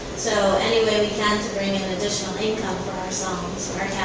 so any way we can to bring in additional income for ourselves,